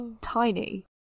tiny